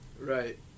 Right